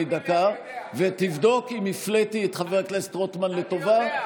דקה ותבדוק אם הפליתי את חבר הכנסת רוטמן לטובה.